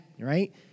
right